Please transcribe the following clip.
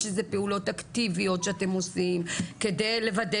יש איזשהן פעולות אקטיביות שאתם עושים כדי לוודא